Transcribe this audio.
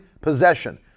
possession